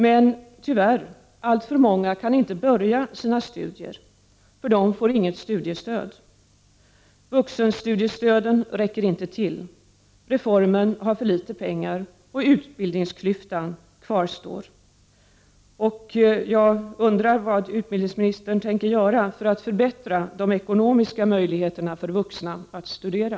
Men — tyvärr — alltför många kan inte börja sina studier därför att de inte får något studiestöd. Vuxenstudiestöden räcker inte till. Reformen ger för litet pengar, och utbildningsklyftan kvarstår. Jag undrar vad utbildningsministern tänker göra för att förbättra de ekonomiska möjligheterna för vuxna att studera.